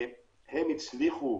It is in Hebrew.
הם הצליחו